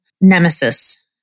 nemesis